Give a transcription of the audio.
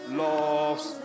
loves